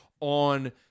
on